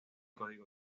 código